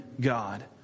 God